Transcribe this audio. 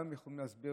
גם יכולים להסביר